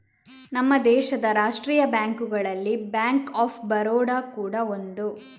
ನಮ್ಮ ದೇಶದ ರಾಷ್ಟೀಯ ಬ್ಯಾಂಕುಗಳಲ್ಲಿ ಬ್ಯಾಂಕ್ ಆಫ್ ಬರೋಡ ಕೂಡಾ ಒಂದು